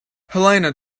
helena